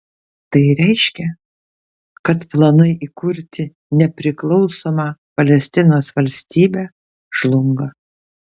tai reiškia kad planai įkurti nepriklausomą palestinos valstybę žlunga